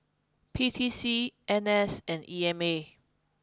P T C N S and E M A